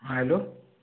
hello